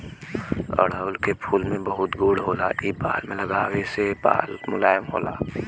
अढ़ऊल के फूल में बहुत गुण होला इ बाल में लगावे से बाल मुलायम होला